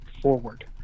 forward